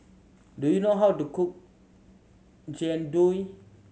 do you know how to cook Jian Dui